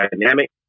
dynamic